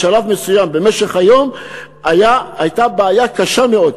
בשלב מסוים במשך היום הייתה בעיה קשה מאוד.